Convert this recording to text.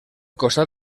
costat